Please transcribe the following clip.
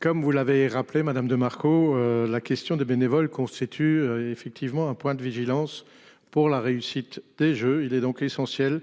Comme vous l'avez rappelé Madame de Marco. La question des bénévoles constitue effectivement un point de vigilance pour la réussite des Jeux. Il est donc essentiel